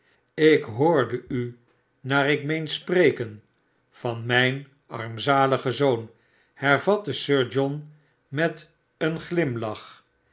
ik hoorde u naar ik meen spreken van mijn rampzaligen zoon hervatte sir john met een glimlach